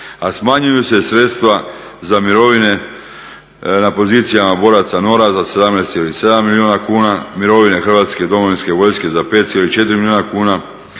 a smanjuju se sredstva za mirovine na pozicijama boraca … za 17,7 milijuna kuna, mirovine Hrvatske Domovinske vojske za 5,4 milijuna kuna,